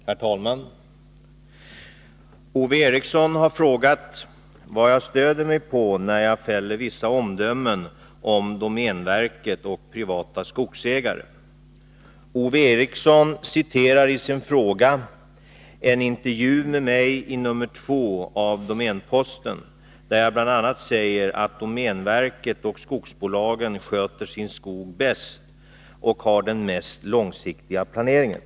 Herr talman! Ove Eriksson har frågat vad jag stöder mig på när jag fäller vissa omdömen om domänverket och privata skogsägare. Ove Eriksson citerar i sin fråga en intervju med miginr 2 av Domänposten, där jag bl.a. säger att domänverket och skogsbolagen sköter sin skog bäst och har den mest långsiktiga planeringen.